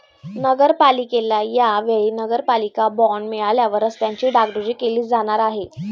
नगरपालिकेला या वेळी नगरपालिका बॉंड मिळाल्यावर रस्त्यांची डागडुजी केली जाणार आहे